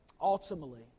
ultimately